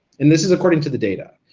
and this is according to the data.